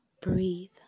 Breathe